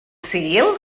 sul